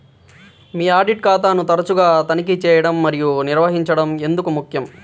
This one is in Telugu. మీ ఆడిట్ ఖాతాను తరచుగా తనిఖీ చేయడం మరియు నిర్వహించడం ఎందుకు ముఖ్యం?